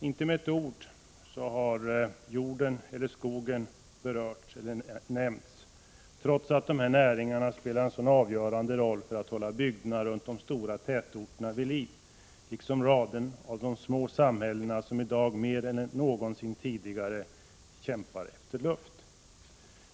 Inte med ett ord har jordeller skogsbruket berörts, trots att dessa näringar spelar en så avgörande roll för att hålla bygderna runt omkring de stora tätorterna vid liv, liksom raden av de små samhällen som i dag mer än någonsin tidigare kämpar efter luft.